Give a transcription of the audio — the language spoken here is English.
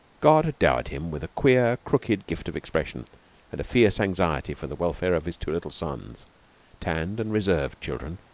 god had dowered him with a queer, crooked gift of expression and a fierce anxiety for the welfare of his two little sons tanned and reserved children,